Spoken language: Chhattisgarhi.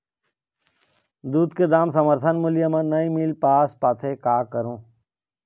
दूध के दाम समर्थन मूल्य म नई मील पास पाथे, का करों?